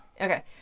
Okay